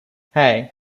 hey